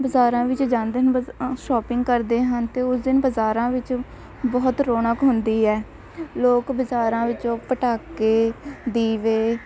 ਬਜ਼ਾਰਾਂ ਵਿੱਚ ਜਾਂਦੇ ਨੇ ਬਸ ਸ਼ੋਪਿੰਗ ਕਰਦੇ ਹਨ ਅਤੇ ਉਸ ਦਿਨ ਬਜ਼ਾਰਾਂ ਵਿੱਚ ਬਹੁਤ ਰੌਣਕ ਹੁੰਦੀ ਹੈ ਲੋਕ ਬਜ਼ਾਰਾਂ ਵਿੱਚੋਂ ਪਟਾਕੇ ਦੀਵੇ